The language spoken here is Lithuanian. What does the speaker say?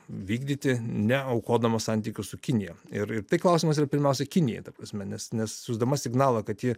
vykdyti neaukodama santykių su kinija ir tai klausimas yra pirmiausia kinijai ta prasme nes nes siųsdama signalą kad ji